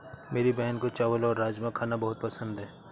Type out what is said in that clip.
मेरी बहन को चावल और राजमा खाना बहुत पसंद है